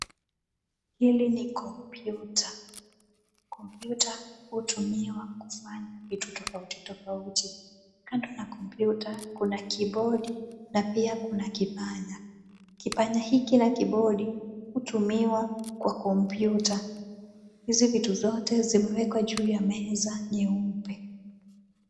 Hii ni kompyuta. Kompyuta hutumiwa kufanya vitu tofauti tofauti. Kando na kompyuta, kuna kibodi na pia kuna kipanya. Kipanya hiki na kibodi hutumiwa kwa kompyuta. Hizi vitu zote zimewekwa juu ya meza nyeupe.